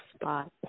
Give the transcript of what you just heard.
spot